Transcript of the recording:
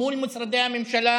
מול משרדי הממשלה